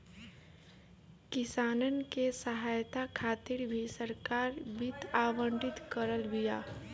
किसानन के सहायता खातिर भी सरकार वित्त आवंटित करत बिया